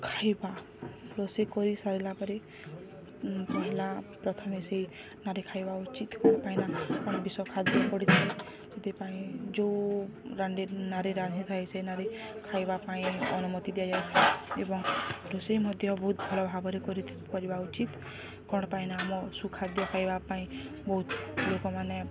ଖାଇବା ରୋଷେଇ କରିସାରିଲା ପରେ ପହେଲା ପ୍ରଥମେ ସେଇ ନାରୀ ଖାଇବା ଉଚିତ କ'ଣ ପାଇଁନା କ'ଣ ବିଷ ଖାଦ୍ୟ ପଡ଼ିଥାଏ ସେଥିପାଇଁ ଯେଉଁ ନାରୀ ରାନ୍ଧିଥାଏ ସେ ନାରୀ ଖାଇବା ପାଇଁ ଅନୁମତି ଦିଆଯାଉଛି ଏବଂ ରୋଷେଇ ମଧ୍ୟ ବହୁତ ଭଲ ଭାବରେ କରିବା ଉଚିତ କ'ଣ ପାଇଁନା ଆମ ସୁଖାଦ୍ୟ ଖାଇବା ପାଇଁ ବହୁତ ଲୋକମାନେ